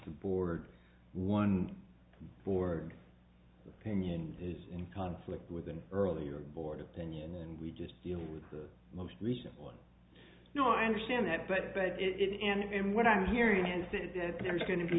the board one board opinion is in conflict with an earlier board opinion and we just deal with the most recent one no i understand that but but it is and what i'm hearing is that there's going to be